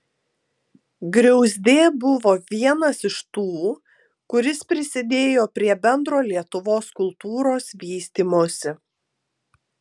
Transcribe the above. griauzdė buvo vienas iš tų kuris prisidėjo prie bendro lietuvos kultūros vystymosi